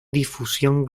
difusión